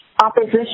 Opposition